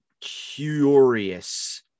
curious